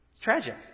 Tragic